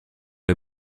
les